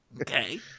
Okay